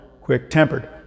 quick-tempered